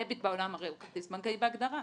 דביט בעולם, הרי הוא כרטיס בנקאי בהגדרה.